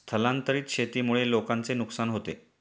स्थलांतरित शेतीमुळे लोकांचे नुकसान होते